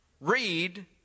Read